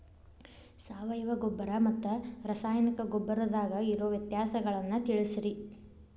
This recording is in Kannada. ಸಾವಯವ ಗೊಬ್ಬರ ಮತ್ತ ರಾಸಾಯನಿಕ ಗೊಬ್ಬರದಾಗ ಇರೋ ವ್ಯತ್ಯಾಸಗಳನ್ನ ತಿಳಸ್ರಿ